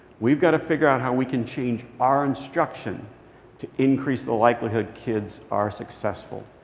we've got to figure out how we can change our instruction to increase the likelihood kids are successful.